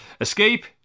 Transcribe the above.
Escape